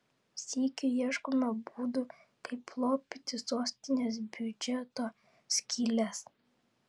sykiu ieškoma būdų kaip lopyti sostinės biudžeto skyles